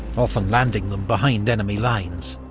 often landing them behind enemy lines.